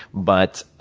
but,